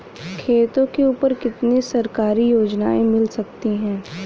खेतों के ऊपर कितनी सरकारी योजनाएं मिल सकती हैं?